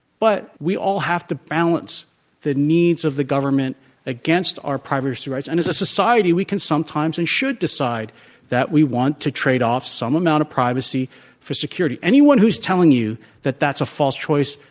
we all have to balance the needs of the government against our privacy rights. and as a society, we can sometimes and should decide that we want to trade off some amount of privacy for security. anyone who's telling you that that's a false choice,